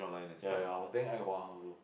ya ya I was thinking Ai Hua also